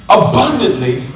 abundantly